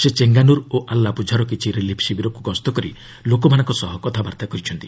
ସେ ଚେଙ୍ଗାନୁର ଓ ଆଲ୍ଲାପୁଝାର କିଛି ରିଲିଫ୍ ଶିବିରକୁ ଗସ୍ତ କରି ଲୋକମାନଙ୍କ ସହ କଥାବାର୍ତ୍ତା କରିଛନ୍ତି